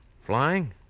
Flying